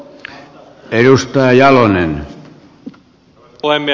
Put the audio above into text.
arvoisa puhemies